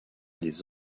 les